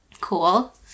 Cool